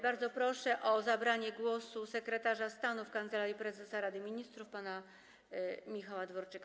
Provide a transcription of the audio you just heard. Bardzo proszę o zabranie głosu sekretarza stanu w Kancelarii Prezesa Rady Ministrów pana Michała Dworczyka.